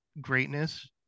greatness